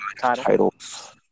titles